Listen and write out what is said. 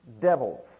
devils